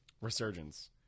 Resurgence